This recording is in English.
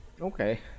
Okay